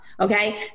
okay